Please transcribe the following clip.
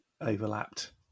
overlapped